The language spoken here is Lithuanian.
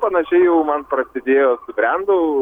panašiai jau man prasidėjo subrendau